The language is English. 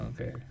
okay